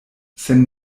sen